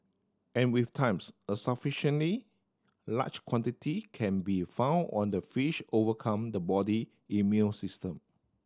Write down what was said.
and with times a sufficiently large quantity can be found on the fish overcome the body immune system